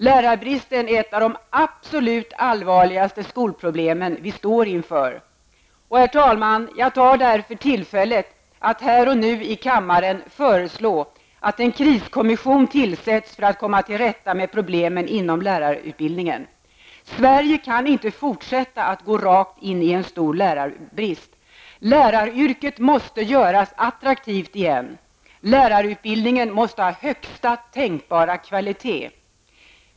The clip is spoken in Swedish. Lärarbristen är ett av de allvarligaste skolproblemen vi står inför. Herr talman! Jag tar därför tillfället att här och nu i kammaren föreslå att en kriskommission tillsätts för att komma till rätta med problemen inom lärarutbildningen. Sverige kan inte fortsätta att gå rakt in i en stor lärarbrist. Läraryrket måste göras attraktivt igen. Lärarutbildningen måste ha högsta tänkbara kvalitet.